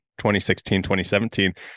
2016-2017